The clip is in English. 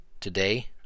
today